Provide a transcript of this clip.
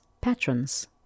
patrons